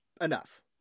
enough